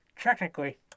technically